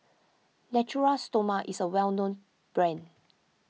Natura Stoma is a well known brand